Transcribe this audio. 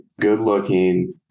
good-looking